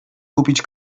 kupić